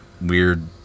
weird